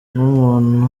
nk’umuntu